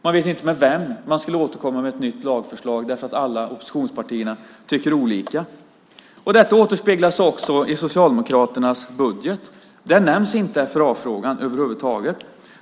Vi vet inte med vem man skulle återkomma med ett nytt lagförslag, därför att alla oppositionspartierna tycker olika. Detta återspeglar sig också i Socialdemokraternas budget. Där nämns inte FRA-frågan över huvud taget.